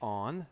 on